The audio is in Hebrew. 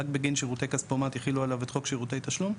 רק בגין שירותי כספומט יחילו עליו את חוק שירותי תשלום?